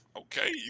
Okay